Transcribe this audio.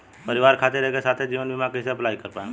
परिवार खातिर एके साथे जीवन बीमा कैसे अप्लाई कर पाएम?